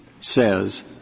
says